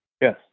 Yes